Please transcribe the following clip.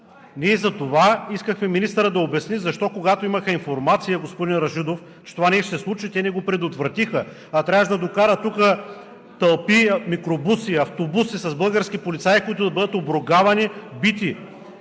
Ние затова искахме министърът да обясни защо когато имаха информация, господин Рашидов, че това нещо ще се случи, те не го предотвратиха, а трябваше да докарат тук тълпи микробуси, автобуси с български полицаи, които да бъдат обругавани, бити